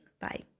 Bye